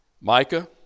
Micah